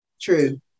true